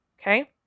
Okay